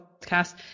podcast